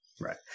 Right